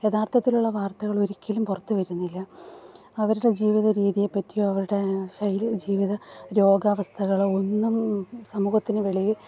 യഥാർത്ഥത്തിലുള്ള വാർത്തകളൊരിക്കലും പുറത്തു വരുന്നില്ല അവരുടെ ജീവിത രീതിയെ പറ്റിയോ അവരുടെ ശൈലി ജീവിത രോഗാവസ്ഥകള് ഒന്നും സമൂഹത്തിന് വെളിയിൽ